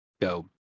go